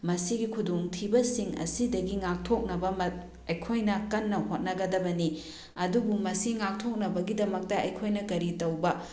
ꯃꯁꯤꯒꯤ ꯈꯨꯗꯣꯡꯊꯤꯕꯁꯤꯡ ꯑꯁꯤꯗꯒꯤ ꯉꯥꯛꯊꯣꯛꯅꯕ ꯑꯩꯈꯣꯏꯅ ꯀꯟꯅ ꯍꯣꯠꯅꯒꯗꯕꯅꯤ ꯑꯗꯨꯕꯨ ꯃꯁꯤ ꯉꯥꯛꯊꯣꯛꯅꯕꯒꯤꯗꯃꯛꯇ ꯑꯩꯈꯣꯏꯅ ꯀꯔꯤ ꯇꯧꯕ